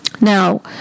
Now